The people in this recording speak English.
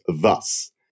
thus